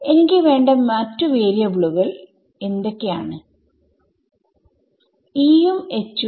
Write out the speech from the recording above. എനിക്ക് വേണ്ട മറ്റു വാരിയബിളുകൾ എന്തൊക്കെയാണ് E യും H ഉം